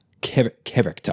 character